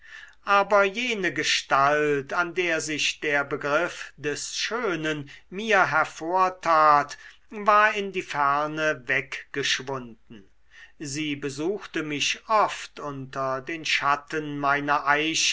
aber jene gestalt an der sich der begriff des schönen mir hervortat war in die ferne weggeschwunden sie besuchte mich oft unter den schatten meiner